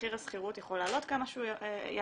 מחיר השכירות יכול לעלות כמה שהוא יעלה,